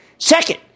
Second